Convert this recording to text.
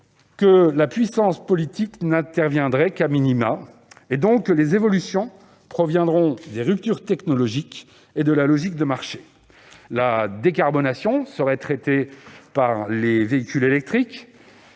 où la puissance politique n'interviendrait qu' ; par conséquent, les évolutions proviendraient des ruptures technologiques et de la logique de marché. La décarbonation serait le fait des véhicules électriques.